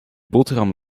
boterham